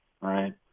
right